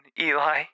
Eli